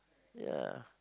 ya